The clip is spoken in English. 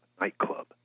nightclub